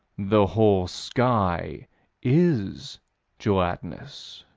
the whole sky is gelatinous?